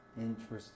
Interesting